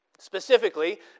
Specifically